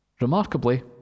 Remarkably